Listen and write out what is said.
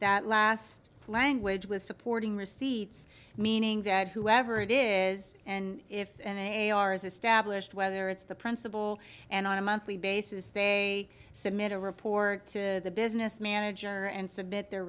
that last language with supporting receipts meaning that whoever it is and if they are as established whether it's the principle and on a monthly basis submit a report to the business manager and submit their